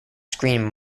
screen